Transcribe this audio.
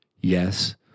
yes